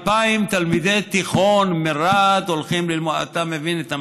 2,000 תלמידי תיכון מרהט הולכים ללמוד.